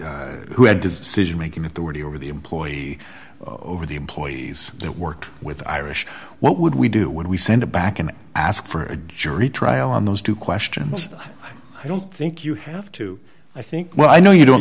who had decision making authority over the employee over the employees that worked with irish what would we do would we send it back and ask for a jury trial on those two questions i don't think you have to i think well i know you don't